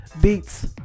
beats